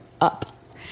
up